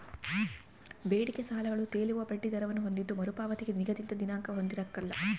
ಬೇಡಿಕೆ ಸಾಲಗಳು ತೇಲುವ ಬಡ್ಡಿ ದರವನ್ನು ಹೊಂದಿದ್ದು ಮರುಪಾವತಿಗೆ ನಿಗದಿತ ದಿನಾಂಕ ಹೊಂದಿರಕಲ್ಲ